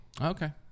Okay